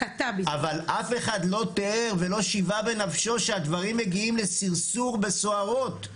אבל אף אחד לא תיאר ולא שיווה בנפשו שהדברים מגיעים לסרסור בסוהרות,